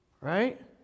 Right